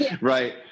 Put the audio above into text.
right